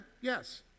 Yes